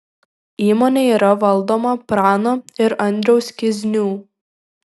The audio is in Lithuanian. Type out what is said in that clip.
įmonė yra valdoma prano ir andriaus kiznių